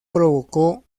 provocó